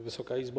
Wysoka Izbo!